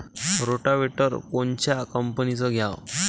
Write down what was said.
Rotavator कोनच्या कंपनीचं घ्यावं?